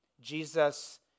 Jesus